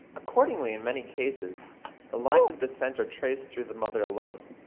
accordingly, in many cases the lines of descent are traced through the mother alone,